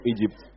Egypt